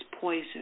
poison